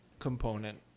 Component